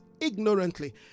ignorantly